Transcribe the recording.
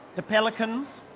the pelicans,